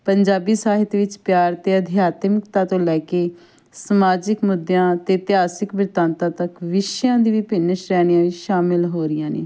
ਪੰਜਾਬੀ ਸਾਹਿਤ ਵਿੱਚ ਪਿਆਰ ਅਤੇ ਅਧਿਆਤਮਿਕਤਾ ਤੋਂ ਲੈ ਕੇ ਸਮਾਜਿਕ ਮੁੱਦਿਆਂ ਅਤੇ ਇਤਿਹਾਸਿਕ ਬਿਰਤਾਂਤਾਂ ਤੱਕ ਵਿਸ਼ਿਆਂ ਦੀ ਵਿਭਿੰਨ ਸ਼੍ਰੇਣੀਆਂ ਵਿੱਚ ਸ਼ਾਮਿਲ ਹੋ ਰਹੀਆਂ ਨੇ